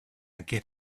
get